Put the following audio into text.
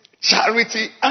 charity